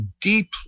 deeply